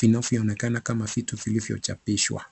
vinavyoonekana kama vitu vilivyochapishwa.